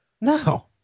no